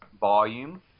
volume